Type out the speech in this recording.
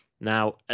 Now